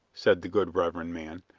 said the good reverend man.